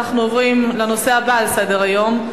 אנחנו עוברים לנושא הבא על סדר-היום: